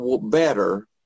better